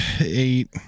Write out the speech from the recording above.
eight